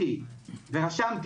פניתי